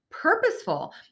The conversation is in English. purposeful